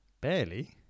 Barely